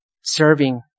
serving